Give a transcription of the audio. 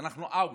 שאנחנו אאוט,